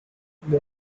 the